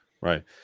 Right